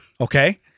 Okay